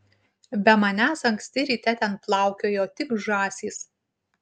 be manęs anksti ryte ten plaukiojo tik žąsys